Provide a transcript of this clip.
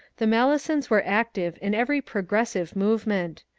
the mauesons were active in every progressive move ment.